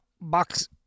box